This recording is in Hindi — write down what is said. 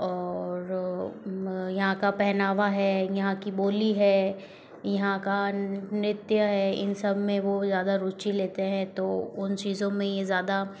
और यहाँ का पहनावा है यहाँ की बोली है यहाँ का नृत्य है इन सबमें वो ज़्यादा रुचि लेते हैं तो उन चीज़ों में ये ज़्यादा